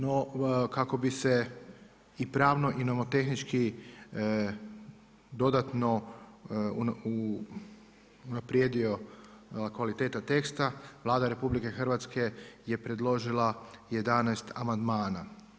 No, kako bi se i pravno i nomotehnički dodatno unaprijedio kvaliteta teksta, Vlada RH je predložila 11 amandmana.